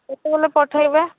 କେତେବେଲେ ପଠାଇବେ